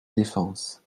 défense